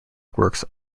works